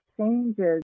changes